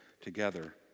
together